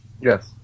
Yes